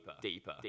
deeper